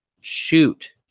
shoot